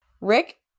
Rick